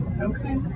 okay